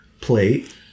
plate